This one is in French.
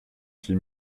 six